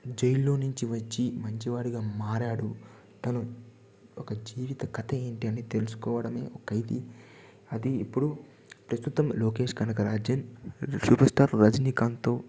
జైల్లోనుంచి వచ్చి మంచివాడిగా మారాడు తను ఒక జీవిత కథ ఏంటి అనేది తెలుసుకోవడమే ఖైదీ అది ఇప్పుడు ప్రస్తుతం లోకేష్ కనగరాజన్ సూపర్ స్టార్ రజినీకాంత్తో